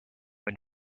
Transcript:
when